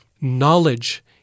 knowledge